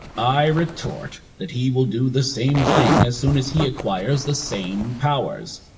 i retort that he will do the same thing as soon as he acquires the same powers.